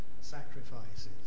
sacrifices